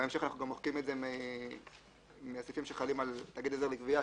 בהמשך אנחנו גם מוחקים את זה מהסעיפים שחלים על תאגיד עזר לגבייה,